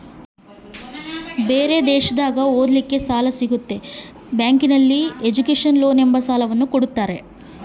ನನ್ನ ಮಗ ಬೇರೆ ದೇಶದಾಗ ಓದಲಿಕ್ಕೆ ಸಾಲ ಸಿಗುತ್ತಾ?